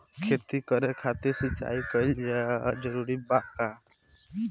खेती करे खातिर सिंचाई कइल जरूरी बा का?